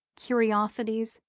curiosities,